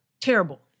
Terrible